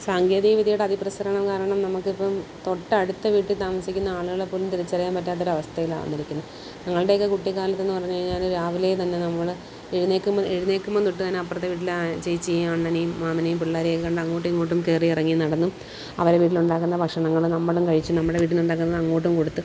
സാങ്കേതിക വിദ്യയുടെ അതിപ്രസരണം കാരണം നമുക്ക് ഇപ്പം തൊട്ടടുത്ത വീട്ടിൽ താമസിക്കുന്ന ആളുകളെ പോലും തിരിച്ചറിയാൻ പറ്റാത്തൊരു അവസ്ഥയിലാണ് വന്നിരിക്കുന്നത് ഞങ്ങളുടെ ഒക്കെ കുട്ടികാലത്തെന്ന് പറഞ്ഞു കഴിഞ്ഞാൽ രാവിലെ തന്നെ നമ്മൾ എഴുന്നേൽക്കുമ്പോൾ എഴുന്നേൽക്കുമ്പം തൊട്ട് തന്നെ അപ്പുറത്തെ വീട്ടിലെ ചേച്ചിയേയും അണ്ണനേയും മാമനെയും പിള്ളാരെയും ഒക്കെ കണ്ട് അങ്ങോട്ടും ഇങ്ങോട്ടും കയറി ഇറങ്ങിയും നടന്നും അവരെ വീട്ടിൽ ഉണ്ടാക്കുന്ന ഭക്ഷണങ്ങൾ നമ്മളും കഴിച്ച് നമ്മുടെ വീട്ടിൽ ഉണ്ടാക്കുന്നത് അങ്ങോട്ടും കൊടുത്ത്